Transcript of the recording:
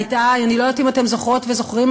אני לא יודעת אם אתם זוכרות וזוכרים,